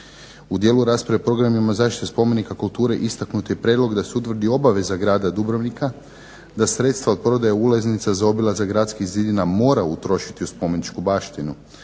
U djelu rasprave u programima zaštite spomenika kulture istaknut je prijedlog da se utvrdi obaveza grada Dubrovnika, da sredstva od prodaje ulaznica za obilazak gradskih zidina mora utrošiti u spomeničku baštinu,